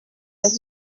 les